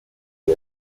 are